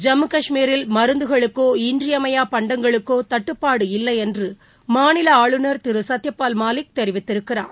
ஜம்மு கஷ்மீரில் மருந்துகளுக்கோ இன்றியமையா பண்டங்களுக்கோ தட்டுப்பாடு இல்லையென்று மாநில ஆளுநர் திரு சத்தியபால் மாலிக் தெரிவித்திருக்கிறார்